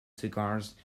cigars